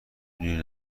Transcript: دونی